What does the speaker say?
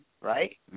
right